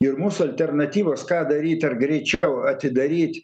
ir mūsų alternatyvos ką daryt ar greičiau atidaryt